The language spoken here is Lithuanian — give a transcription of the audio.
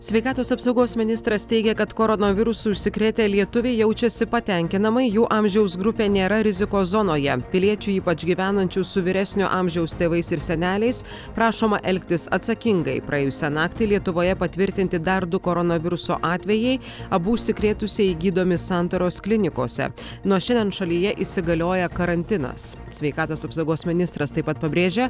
sveikatos apsaugos ministras teigė kad koronavirusu užsikrėtę lietuviai jaučiasi patenkinamai jų amžiaus grupė nėra rizikos zonoje piliečių ypač gyvenančių su vyresnio amžiaus tėvais ir seneliais prašoma elgtis atsakingai praėjusią naktį lietuvoje patvirtinti dar du koronaviruso atvejai abu užsikrėtusieji gydomi santaros klinikose nuo šiandien šalyje įsigalioja karantinas sveikatos apsaugos ministras taip pat pabrėžia